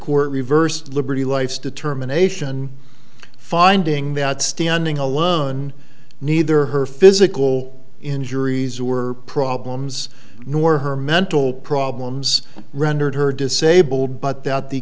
court reversed liberty life's determination finding that standing alone neither her physical injuries were problems nor her mental problems rendered her disabled but that the